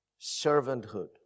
servanthood